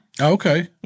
okay